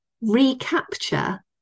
recapture